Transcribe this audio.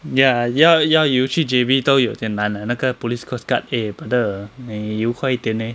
ya 要要游去 J_B 都有点难 uh 那个 police coast guard eh brother 你游快一点 leh